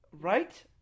Right